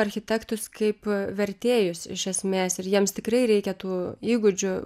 architektus kaip vertėjus iš esmės ir jiems tikrai reikia tų įgūdžių